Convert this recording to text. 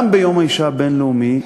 גם ביום האישה הבין-לאומי,